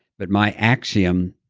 but my axiom,